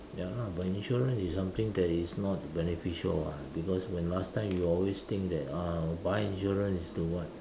ya lah but insurance is something that is not beneficial [what] because when last time you always think that ah buy insurance is to what